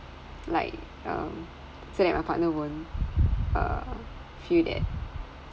like um so that my partner won't uh feel that